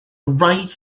rice